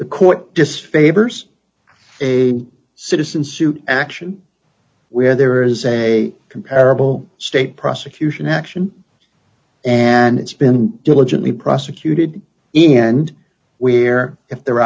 the court disfavors a citizen suit action where there is a comparable state prosecution action and it's been diligently prosecuted in the end where if there